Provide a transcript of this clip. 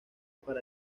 para